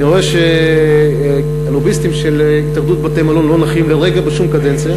אני רואה שהלוביסטים של התאחדות בתי-המלון לא נחים לרגע בשום קדנציה,